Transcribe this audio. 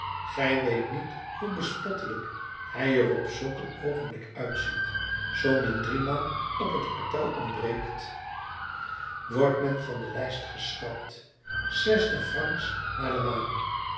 gij weet niet hoe bespottelijk hij er op zulk een oogenblik uitziet zoo men driemaal op het appèl ontbreekt wordt men van de lijst geschrapt zestig francs naar de maan